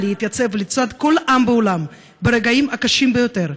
להתייצב לצד כל עם בעולם ברגעים הקשים ביותר.